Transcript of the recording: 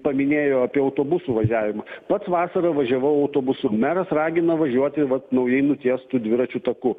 paminėjo apie autobusų važiavimą pats vasarą važiavau autobusu meras ragina važiuoti vat naujai nutiestų dviračių taku